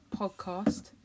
podcast